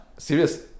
Serious